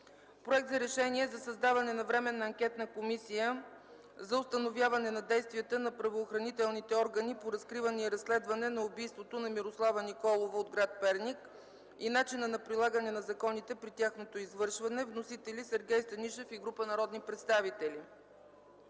Проект за решение за създаване на Временна анкетна комисия за установяване на действията на правоохранителните органи по разкриване и разследване на убийството на Мирослава Николова от гр. Перник и начина на прилагане на законите при тяхното извършване. (Вносители: Сергей Станишев и група народни представители).